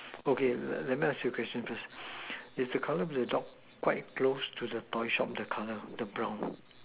okay let me ask you a question first is the color of your dog quite close to the toy shop the color the brown one